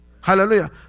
Hallelujah